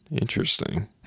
Interesting